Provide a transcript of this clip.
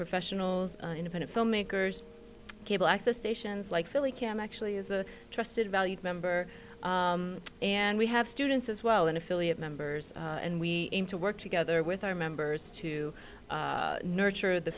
professionals independent filmmakers cable access stations like philly cam actually is a trusted valued member and we have students as well and affiliate members and we aim to work together with our members to nurture the